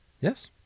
Yes